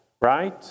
right